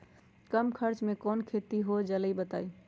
कम खर्च म कौन खेती हो जलई बताई?